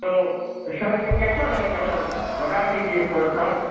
تو سر یہ کیسا رہے گا سر بتا دیجیے تھوڑا سا